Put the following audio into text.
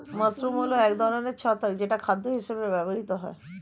mushroom হল এক ধরনের ছত্রাক যেটা খাদ্য হিসেবে ব্যবহৃত হয়